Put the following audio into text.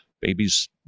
Babies